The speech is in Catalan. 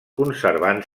conservant